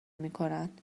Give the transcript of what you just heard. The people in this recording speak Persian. میکنند